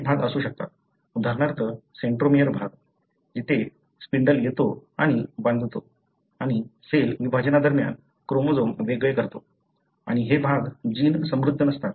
असे भाग असू शकतात उदाहरणार्थ सेंट्रोमेअर भाग जेथे स्पिंडल येतो आणि बांधतो आणि सेल विभाजनादरम्यान क्रोमोझोम वेगळे करतो आणि हे भाग जीन समृद्ध नसतात